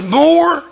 more